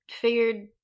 figured